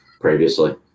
previously